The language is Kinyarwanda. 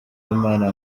imana